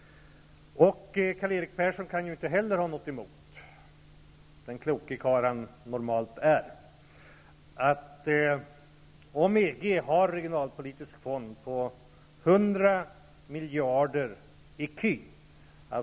EG har en regionalpolitisk fond på 100 miljarder ecu. Det är jättepengar -- varje ecu motsvarar i runda tal 7:50 kr.